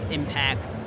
impact